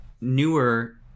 newer